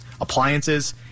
appliances